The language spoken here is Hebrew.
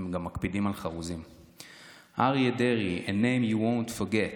/ Aryeh Deri, a name you won't forget.